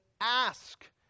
ask